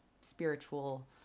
spiritual